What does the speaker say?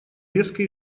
резко